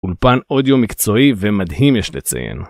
אולפן אודיו מקצועי ומדהים יש לציין.